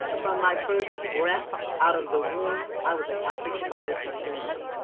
and from my first breath out of the womb, i was an african-american female.